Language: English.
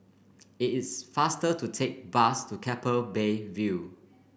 it is faster to take bus to Keppel Bay View